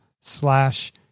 slash